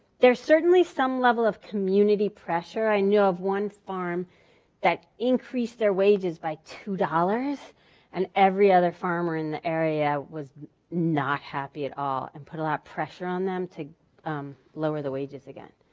there's certainly some level of community pressure, i knew of one farm that increased their wages by two dollars and every other farmer in the area was not happy at all and put a lot of pressure on them to lower the wages again.